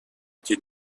été